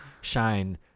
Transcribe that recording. shine